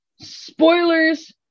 spoilers